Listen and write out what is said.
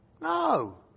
No